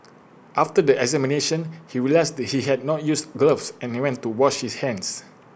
after the examination he realised he had not used gloves and went to wash his hands